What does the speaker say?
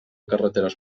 carreteres